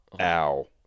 Ow